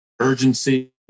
urgency